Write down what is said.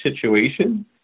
situation